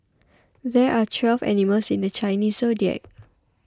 there are twelve animals in the Chinese zodiac